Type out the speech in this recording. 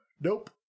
Nope